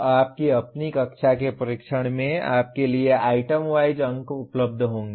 आपकी अपनी कक्षा के परीक्षण में आपके लिए आइटम वाइज अंक उपलब्ध होंगे